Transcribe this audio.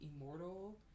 immortal